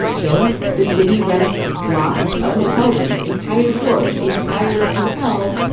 so the city rents blocks of hotel rooms, entire floors, entire hotels,